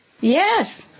Yes